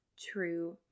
true